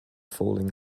falling